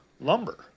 lumber